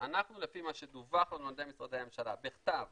אנחנו לפי מה שדווח לנו על ידי משרדי הממשלה בכתב